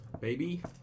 baby